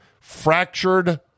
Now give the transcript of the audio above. Fractured